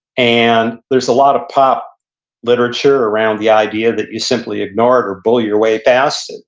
and there's a lot of pop literature around the idea that you simply ignore it or bull your way fast.